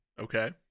Okay